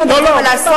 יש עוד הרבה מה לעשות,